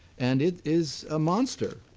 and it is a monster.